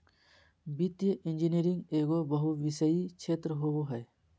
वित्तीय इंजीनियरिंग एगो बहुविषयी क्षेत्र होबो हइ